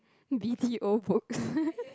b_t_o book